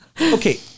Okay